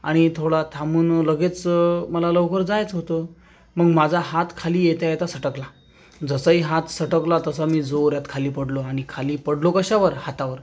आणि थोडा थांबून लगेच मला लवकर जायचं होतं मग माझा हात खाली येता येता सटकला जसंही हात सटकला तसा मी जोरात खाली पडलो आणि खाली पडलो कशावर हातावर